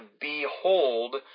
Behold